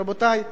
רבותי,